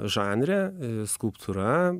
žanre skulptūra